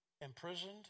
imprisoned